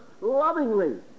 lovingly